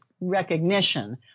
recognition